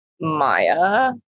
Maya